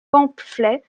pamphlets